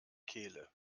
kehle